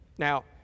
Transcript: Now